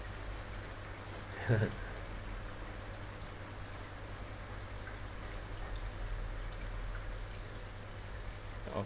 oh